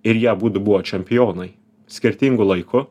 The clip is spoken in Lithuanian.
ir jie abudu buvo čempionai skirtingu laiku